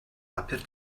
bapur